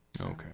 Okay